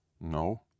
No